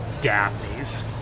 Daphne's